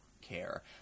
care